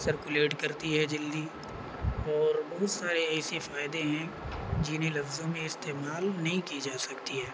circulate کرتی ہے جلدی اور بہت سارے ایسے فائدے ہیں جنہیں لفظوں میں استعمال نہیں کی جا سکتی ہے